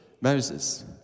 Moses